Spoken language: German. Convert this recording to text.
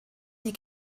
die